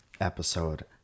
episode